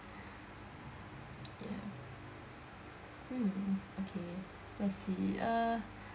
yeah mm okay let's see uh